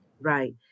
Right